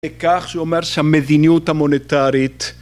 בכך שהוא אומר שהמדיניות המוניטרית